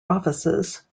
offices